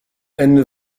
ende